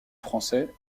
français